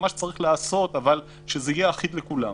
אבל שזה יהיה אחיד לכולם.